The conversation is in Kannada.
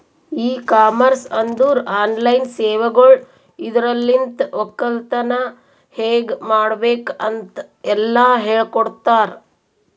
ಇ ಕಾಮರ್ಸ್ ಅಂದುರ್ ಆನ್ಲೈನ್ ಸೇವೆಗೊಳ್ ಇದುರಲಿಂತ್ ಒಕ್ಕಲತನ ಹೇಗ್ ಮಾಡ್ಬೇಕ್ ಅಂತ್ ಎಲ್ಲಾ ಹೇಳಕೊಡ್ತಾರ್